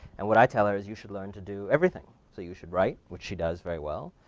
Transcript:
and what i tell her is, you should learn to do everything. so, you should write, which she does very well.